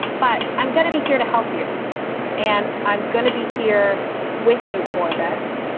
but i'm going to be here to help you and i'm going to be here with you for this.